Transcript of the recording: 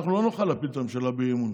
אנחנו לא נוכל להפיל את הממשלה באי-אמון,